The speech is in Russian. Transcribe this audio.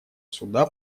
суда